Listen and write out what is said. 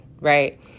right